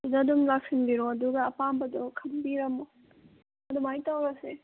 ꯑꯗꯨꯗ ꯑꯗꯨꯝ ꯂꯥꯛꯁꯟꯕꯤꯔꯣ ꯑꯗꯨꯒ ꯑꯄꯥꯝꯕꯗꯣ ꯈꯟꯕꯤꯔꯝꯃꯣ ꯑꯗꯨꯃꯥꯏꯅ ꯇꯧꯔꯁꯦ